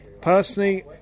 Personally